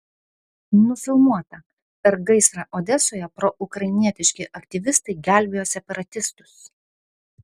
nufilmuota per gaisrą odesoje proukrainietiški aktyvistai gelbėjo separatistus